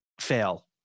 fail